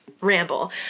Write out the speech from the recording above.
ramble